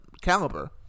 caliber